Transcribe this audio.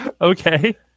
Okay